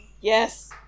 Yes